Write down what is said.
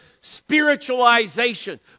spiritualization